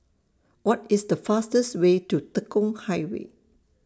What IS The fastest Way to Tekong Highway